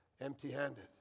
empty-handed